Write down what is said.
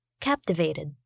captivated